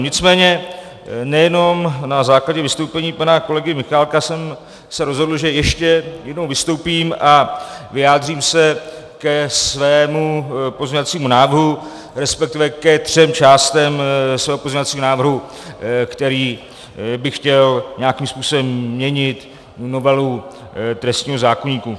Nicméně nejenom na základě vystoupení pana kolegy Michálka jsem se rozhodl, že ještě jednou vystoupím a vyjádřím se ke svému pozměňovacímu návrhu, resp. ke třem částem svého pozměňovacího návrhu, kterým bych chtěl nějakým způsobem měnit novelu trestního zákoníku.